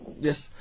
Yes